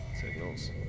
signals